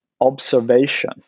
observation